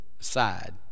aside